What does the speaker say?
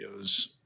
videos